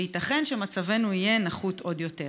וייתכן שמצבנו יהיה נחות עוד יותר.